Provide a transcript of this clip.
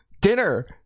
dinner